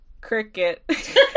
cricket